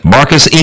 Marcus